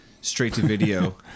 straight-to-video